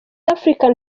africa